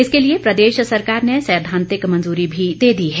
इसके लिए प्रदेश सरकार ने सैद्वांतिक मंजूरी भी दे दी है